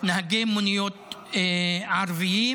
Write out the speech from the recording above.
נהגי מוניות ערבים.